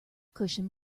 cushion